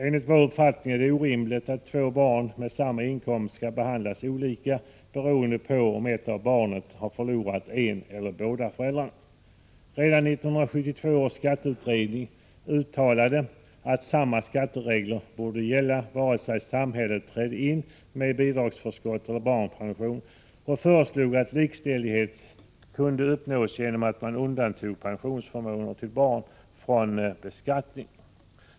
Enligt vår uppfattning är det omrimligt att två barn med samma inkomst skall behandlas olika beroende på om ett av barnen har förlorat en eller båda föräldrarna. Redan 1972 års skatteutredning uttalade att samma skatteregler borde gälla vare sig samhället trätt in med bidragsförskott eller barnpension och föreslog att likställighet skulle kunna uppnås genom att man undantog pensionsförmåner till barn från beskattning.